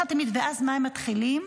ואז מה, הם מתחילים,